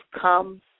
come